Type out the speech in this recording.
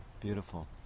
Beautiful